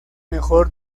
mejor